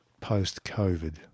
post-COVID